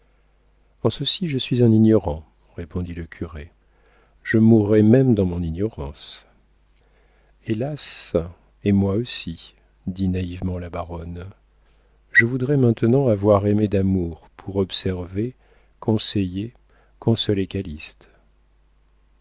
en ceci je suis un ignorant répondit le curé je mourrai même dans mon ignorance hélas et moi aussi dit naïvement la baronne je voudrais maintenant avoir aimé d'amour pour observer conseiller consoler